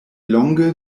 longe